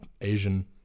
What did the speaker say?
Asian